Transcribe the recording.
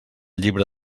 llibre